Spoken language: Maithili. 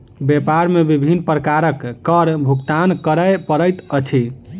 व्यापार मे विभिन्न प्रकारक कर भुगतान करय पड़ैत अछि